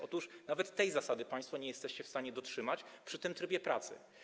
Otóż nawet tej zasady państwo nie jesteście w stanie dotrzymać przy tym trybie pracy.